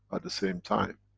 at the same time.